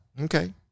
Okay